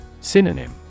Synonym